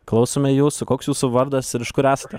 klausome jūsų koks jūsų vardas ir iš kur esate